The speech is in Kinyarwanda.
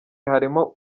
harimo